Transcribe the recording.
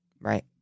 Right